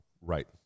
Right